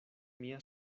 mia